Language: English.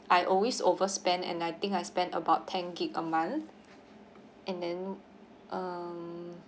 I always overspend and I think I spend about ten G_B a month and then um